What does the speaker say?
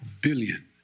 billion